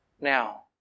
Now